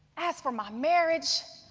as for my marriage,